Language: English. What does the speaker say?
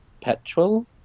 petrol